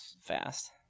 fast